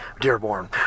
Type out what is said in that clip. Dearborn